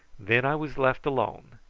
then i was left alone,